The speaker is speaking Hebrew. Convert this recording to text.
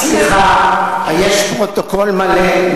סליחה, יש פרוטוקול מלא.